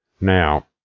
Now